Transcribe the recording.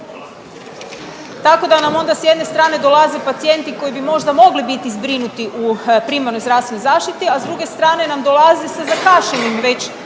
Tako da nam onda s jedne strane dolaze pacijenti koji bi možda mogli biti zbrinuti u primarnoj zdravstvenoj zaštiti, a s druge strane nam dolaze sa zakašnjelim već